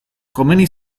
komeni